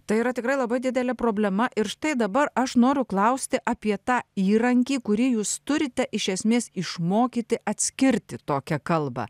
tai yra tikrai labai didelė problema ir štai dabar aš noriu klausti apie tą įrankį kurį jūs turite iš esmės išmokyti atskirti tokią kalbą